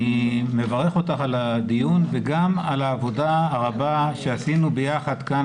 אני מברך אותך על הדיון וגם על העבודה הרבה שעשינו ביחד כאן